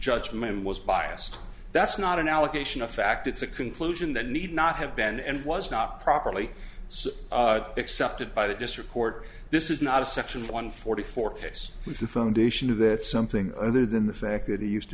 judge man was biased that's not an allegation of fact it's a conclusion that need not have been and was not properly excepted by the district court this is not a section one forty four case which the phone dition of that something other than the fact that he used to